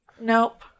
Nope